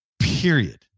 Period